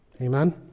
Amen